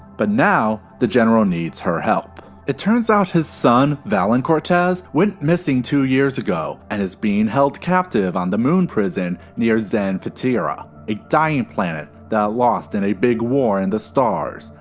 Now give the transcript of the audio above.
but now the general needs her help. it turns out his son, valen cortas, went missing two years ago and is being held captive on the moon prison near xen ptera, a dying planet that lost in a big war in the stars,